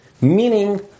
Meaning